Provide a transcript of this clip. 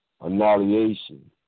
annihilation